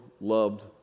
loved